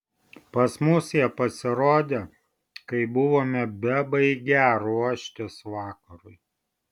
pas mus jie pasirodė kai buvome bebaigią ruoštis vakarui